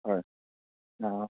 হয় অঁ অঁ